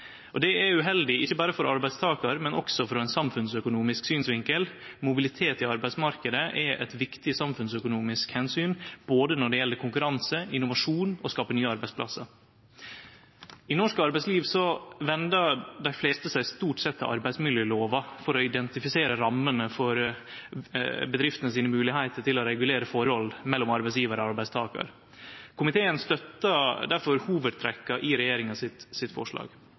Det er uheldig, ikkje berre for arbeidstakar, men også frå ein samfunnsøkonomisk synsvinkel. Mobilitet i arbeidsmarknaden er eit viktig samfunnsøkonomisk omsyn, både når det gjeld konkurranse, innovasjon og det å skape nye arbeidsplassar. I norsk arbeidsliv vender dei fleste seg stort sett til arbeidsmiljølova for å identifisere rammene for bedrifta sine moglegheiter til å regulere forhold mellom arbeidsgjevar og arbeidstakar. Komiteen støttar difor hovudtrekka i regjeringa sitt forslag,